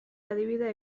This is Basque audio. adibide